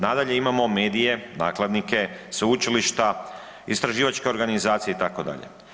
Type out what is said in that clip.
Nadalje imamo medije, nakladnike, sveučilišta, istraživačke organizacije itd.